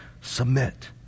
submit